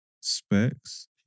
Specs